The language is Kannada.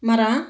ಮರ